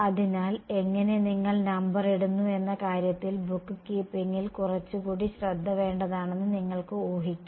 അതിനാൽ എങ്ങനെ നിങ്ങൾ നമ്പർ ഇടുന്നു എന്ന കാര്യത്തിൽ ബുക്ക് കീപ്പിങ്ങിൽ കുറച്ച് കൂടി ശ്രദ്ധ വേണ്ടതാണെന്ന് നിങ്ങൾക്ക് ഊഹിക്കാം